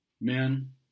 men